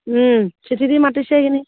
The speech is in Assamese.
চিঠি দি মাতিছে সেইখিনি